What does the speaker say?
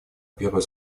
первый